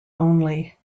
only